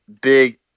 big